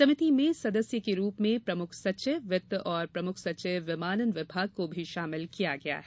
समिति में सदस्य के रूप में प्रमुख सचिव वित्त और प्रमुख सचिव विमानन विभाग को भी शामिल किया गया है